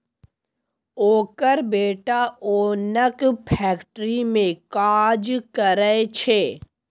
ओकर बेटा ओनक फैक्ट्री मे काज करय छै